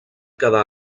quedar